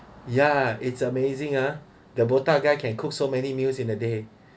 ya it's amazing ah the botak guy can cook so many meals in a day